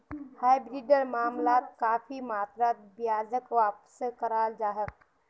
हाइब्रिडेर मामलात काफी मात्रात ब्याजक वापसो कराल जा छेक